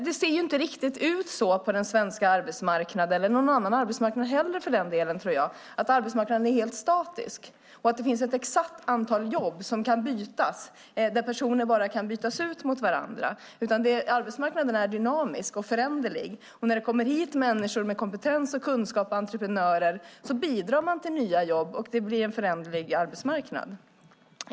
Det ser inte riktigt ut så på den svenska arbetsmarknaden eller på någon annan arbetsmarknad heller för delen, tror jag, att arbetsmarknaden är helt statisk och att det finns ett exakt antal jobb som kan bytas, att personer bara kan bytas ut med andra, utan arbetsmarknaden är dynamisk och föränderlig. Människor med kompetens och kunskap och entreprenörer som kommer hit bidrar till nya jobb, och det blir en föränderlig arbetsmarknad.